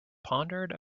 pondered